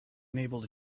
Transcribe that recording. unable